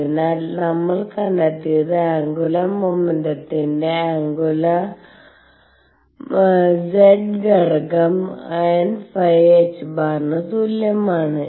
അതിനാൽ നമ്മൾ കണ്ടെത്തിയത് ആന്ഗുലർ മൊമെന്റത്തിന്റെ ആന്ഗുലർ മോമെന്റും z ഘടകം nϕ ℏ ന് തുല്യമാണ്